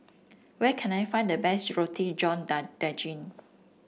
where can I find the best Roti John Daging